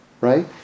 Right